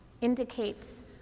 indicates